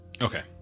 Okay